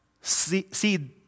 seed